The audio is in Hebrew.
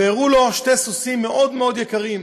והראו לו שני סוסים מאוד מאוד יקרים.